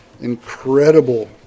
incredible